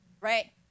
right